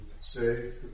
save